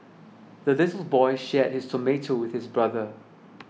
the little boy shared his tomato with his brother